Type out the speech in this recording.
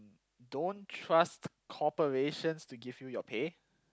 don't trust corporations to give you your pay